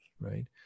Right